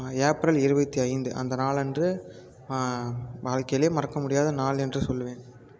April இருபத்தி ஐந்து அந்தநாள் அன்று வாழ்க்கையிலயே மறக்க முடியாத நாள் என்று சொல்லுவேன்